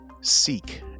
seek